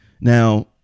Now